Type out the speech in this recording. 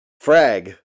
Frag